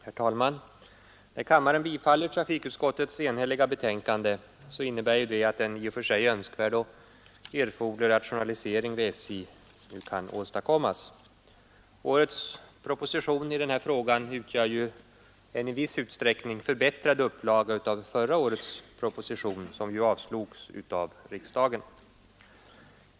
Herr talman! När kammaren nu kommer att bifalla ett enhälligt trafikutskotts betänkande i detta ärende innebär det att en i och för sig önskvärd och behövlig rationalisering vid SJ kan åstadkommas. Årets proposition i denna fråga utgör en i viss utsträckning förbättrad upplaga av förra årets proposition, som ju avslogs av riksdagen.